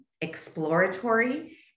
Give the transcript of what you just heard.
exploratory